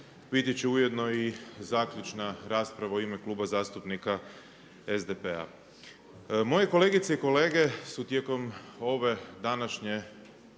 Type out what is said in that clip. biti će ujedno i zaključna rasprava u ime Kluba zastupnika SDP-a. Moje kolegice i kolege su tijekom ove današnje,